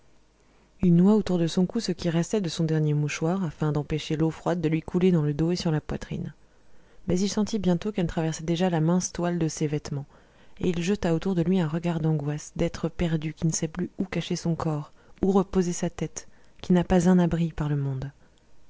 il noua autour de son cou ce qui restait de son dernier mouchoir afin d'empêcher l'eau froide de lui couler dans le dos et sur la poitrine mais il sentit bientôt qu'elle traversait déjà la mince toile de ses vêtements et il jeta autour de lui un regard d'angoisse d'être perdu qui ne sait plus où cacher son corps où reposer sa tête qui n'a pas un abri par le monde